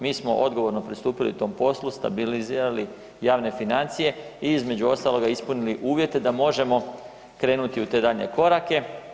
Mi smo odgovorno pristupili tom poslu, stabilizirali javne financije i između ostaloga ispunili uvjete da možemo krenuti u te daljnje korake.